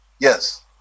Yes